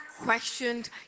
questioned